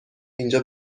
اینجا